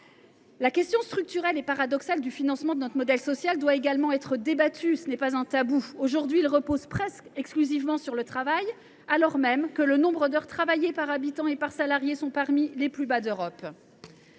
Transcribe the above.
La question structurelle et paradoxale du financement de notre modèle social doit également être débattue, ce n’est pas un tabou. Aujourd’hui, ce financement repose presque exclusivement sur le travail, alors même que le nombre d’heures travaillées par habitant et par salarié est parmi les plus bas d’Europe.